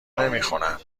نمیخورن